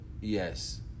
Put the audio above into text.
yes